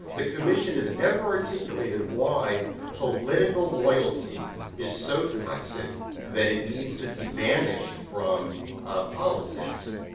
the commission has never articulated why political loyalty is so toxic that it needs to be banished from ah politics.